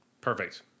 Perfect